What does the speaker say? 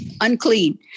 unclean